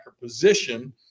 position